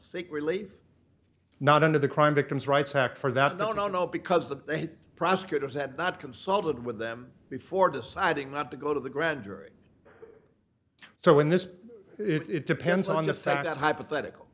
seek relief not into the crime victims rights act for that no no no because the prosecutors had not consulted with them before deciding not to go to the grand jury so in this it depends on the fact that hypothetical